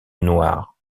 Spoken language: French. noire